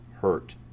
hurt